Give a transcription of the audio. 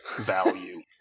Value